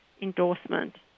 endorsement